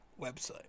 website